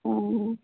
অঁ